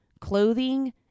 clothing